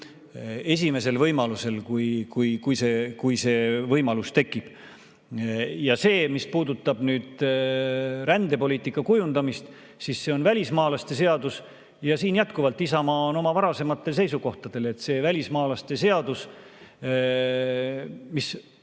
esimesel võimalusel, kui see võimalus tekib. See, mis puudutab rändepoliitika kujundamist, on välismaalaste seadus. Siin jätkuvalt on Isamaa oma varasematel seisukohtadel, et see välismaalaste seadus, mis